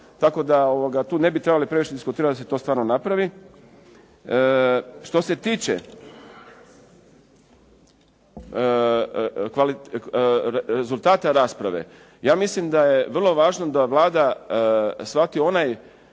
Tako da tu ne bi trebali previše diskutirati da se to stvarno napravi. Što se tiče rezultata rasprave. Ja mislim da je vrlo važno da Vlada shvati onaj